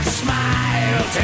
smile